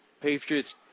Patriots